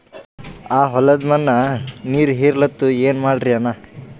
ಆ ಹೊಲದ ಮಣ್ಣ ನೀರ್ ಹೀರಲ್ತು, ಏನ ಮಾಡಲಿರಿ ಅಣ್ಣಾ?